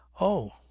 Oh